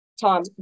Tom